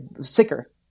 sicker